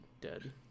dead